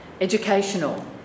educational